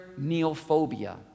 neophobia